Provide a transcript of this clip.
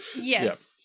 yes